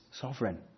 sovereign